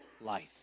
life